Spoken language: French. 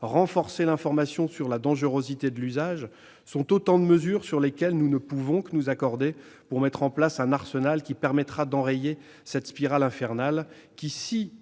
renforcer l'information sur la dangerosité de l'usage sont autant de mesures sur lesquelles nous ne pouvons que nous accorder pour mettre en place un arsenal permettant d'enrayer cette spirale infernale. Si